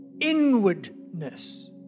inwardness